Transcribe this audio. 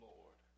Lord